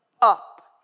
up